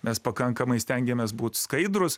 mes pakankamai stengiamės būt skaidrūs